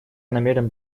намерен